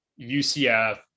UCF